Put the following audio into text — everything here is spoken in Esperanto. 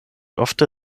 ofte